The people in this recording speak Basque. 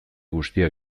guztia